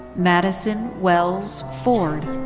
madison wells ford.